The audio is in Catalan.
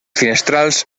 finestrals